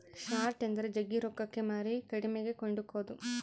short ಎಂದರೆ ಜಗ್ಗಿ ರೊಕ್ಕಕ್ಕೆ ಮಾರಿ ಕಡಿಮೆಗೆ ಕೊಂಡುಕೊದು